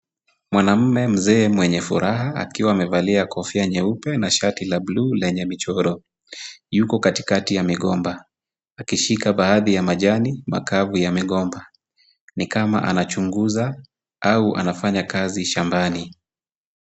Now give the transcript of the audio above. Mwanaume mzee mwenye furaha, akiwa amevalia kofia nyeupe na shati la buluu lenye michoro, yuko katikati ya migomba, akishika baadhi ya majani makavu ya migomba ni kama anachunguza au anafanya kazi shambani.